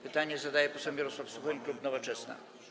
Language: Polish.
Pytanie zadaje poseł Mirosław Suchoń, klub Nowoczesna.